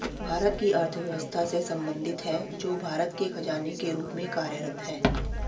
भारत की अर्थव्यवस्था से संबंधित है, जो भारत के खजाने के रूप में कार्यरत है